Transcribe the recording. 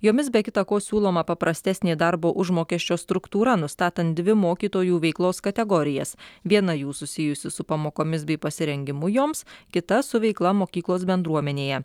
jomis be kita ko siūloma paprastesnė darbo užmokesčio struktūra nustatant dvi mokytojų veiklos kategorijas viena jų susijusi su pamokomis bei pasirengimu joms kita su veikla mokyklos bendruomenėje